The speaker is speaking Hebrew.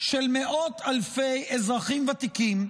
של מאות אלפי אזרחים ותיקים,